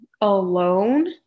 alone